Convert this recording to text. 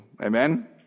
Amen